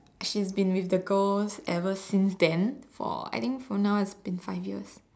she's been with the girl ever since then for I think for now it's been five years